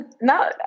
no